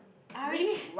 I already